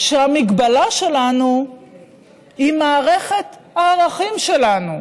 שהמגבלה שלנו היא מערכת הערכים שלנו,